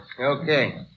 Okay